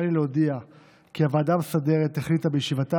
הריני להודיע כי הוועדה המסדרת החליטה בישיבתה